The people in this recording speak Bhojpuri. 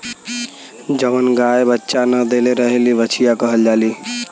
जवन गाय बच्चा न देले रहेली बछिया कहल जाली